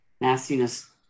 nastiness